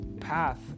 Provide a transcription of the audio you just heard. path